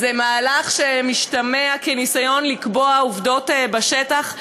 זה מהלך שמשתמע כניסיון לקבוע עובדות בשטח,